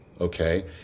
Okay